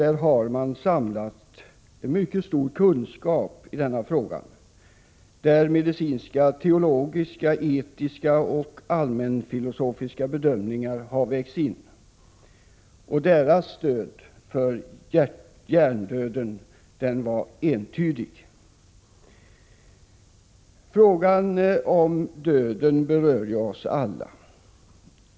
Där har man samlat en mycket stor kunskap i denna fråga, där medicinska, teologiska, etiska och allmänfilosofiska bedömningar har vägts in. Deras stöd för hjärndöden var entydigt. Frågan om döden berör oss alla.